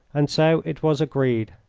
and so it was agreed.